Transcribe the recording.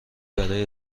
برای